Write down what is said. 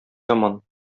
яман